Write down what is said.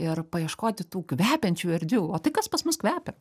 ir paieškoti tų kvepiančių erdvių o tai kas pas mus kvepia